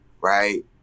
right